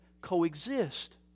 coexist